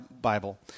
Bible